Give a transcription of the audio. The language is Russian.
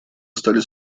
стали